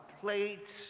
plates